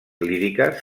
líriques